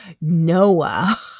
Noah